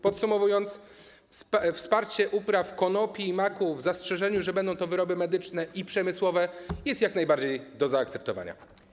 Podsumowując, powiem, że wsparcie upraw konopi i maku z zastrzeżeniem, że będą to wyroby medyczne i przemysłowe, jest jak najbardziej do zaakceptowania.